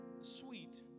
sweet